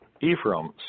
Ephraim